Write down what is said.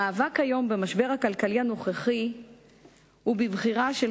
המאבק היום במשבר הכלכלי הנוכחי הוא בבחירה של